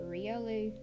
Riolu